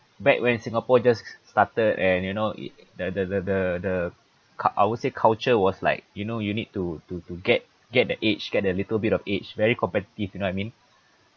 back when singapore just started and you know it the the the the cu~ I would say culture was like you know you need to to to get get the edge get a little bit of edge very competitive you know I mean